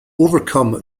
overcome